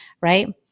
right